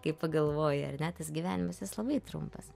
kai pagalvoji ar ne tas gyvenimas jis labai trumpas